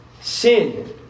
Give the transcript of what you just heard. Sin